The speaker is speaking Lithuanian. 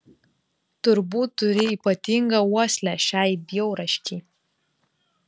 turbūt turi ypatingą uoslę šiai bjaurasčiai